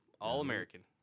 All-American